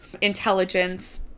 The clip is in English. intelligence